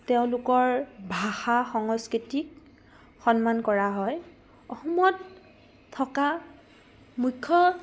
তেওঁলোকৰ ভাষা সংস্কৃতিক সন্মান কৰা হয় অসমত থকা মুখ্য